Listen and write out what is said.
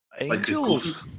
Angels